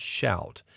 shout